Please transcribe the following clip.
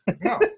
No